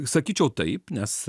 sakyčiau taip nes